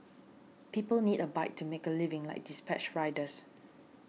people need a bike to make a living like dispatch riders